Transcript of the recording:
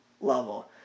level